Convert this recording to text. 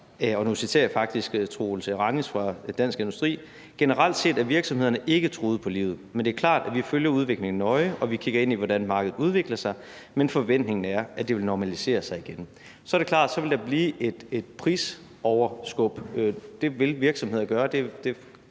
og nu citerer jeg faktisk Troels Ranis fra Dansk Industri: »Generelt set, er virksomhederne ikke truet på livet. Men det er klart, at vi følger udviklingen nøje, og vi kigger ind i, hvordan markedet udvikler sig. Men forventningen er, at det vil normalisere sig«. Så er det klart, at der vil blive et prisoverskub. Det vil virksomheder gøre